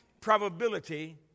probability